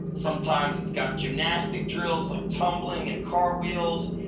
sometimes it's got gymnastic drills like tumbling and cartwheels.